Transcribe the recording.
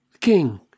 King